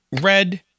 red